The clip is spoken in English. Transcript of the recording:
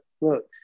look